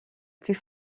plus